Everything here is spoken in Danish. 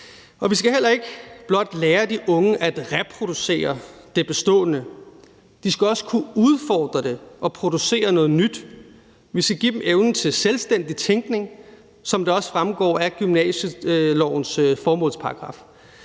Vi skal heller ikke blot lære de unge at reproducere det bestående. De skal også kunne udfordre det og producere noget nyt. Vi skal give dem evnen til selvstændig tænkning, som det også fremgår af gymnasielovens formålsparagraf.